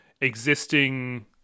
existing